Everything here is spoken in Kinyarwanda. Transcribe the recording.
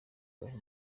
ibahe